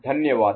धन्यवाद